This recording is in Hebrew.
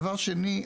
דבר שני,